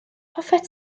hoffet